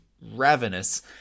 ravenous